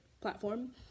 platform